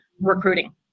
recruiting